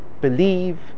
Believe